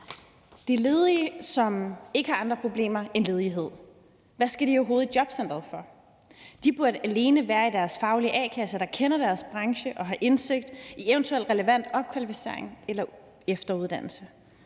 de ledige, som ikke har andre problemer end ledighed, overhovedet i jobcenteret for? De burde alene være i deres faglige a-kasse, der kender deres branche og har indsigt i eventuel relevant opkvalificering eller efteruddannelse.